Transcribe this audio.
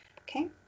Okay